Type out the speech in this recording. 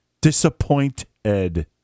disappointed